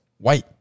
White